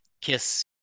kiss